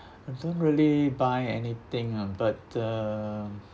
I don't really buy anything ah but uh